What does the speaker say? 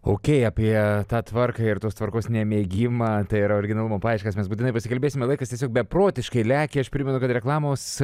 okei apie tą tvarką ir tos tvarkos nemėgimą tai yra originalumo paieškas mes būtinai pasikalbėsime laikas tiesiog beprotiškai lekia aš primenu kad reklamos